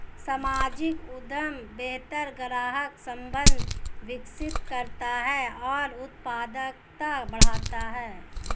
सामाजिक उद्यम बेहतर ग्राहक संबंध विकसित करता है और उत्पादकता बढ़ाता है